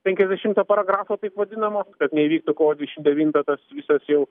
penkiasdešimto paragrafo taip vadinamo kad neįvyktų kovo dvidešim devintą tas visas jau